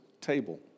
table